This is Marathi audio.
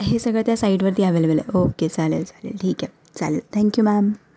हे सगळं त्या साईटवरती अवेलेबल आहे ओके चालेल चालेल ठीक आहे चालेल थँक्यू मॅम